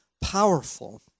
powerful